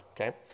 okay